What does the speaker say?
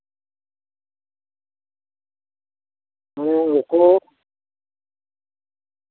ᱱᱚᱶᱟ ᱨᱮᱠᱚᱲ